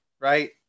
right